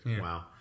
Wow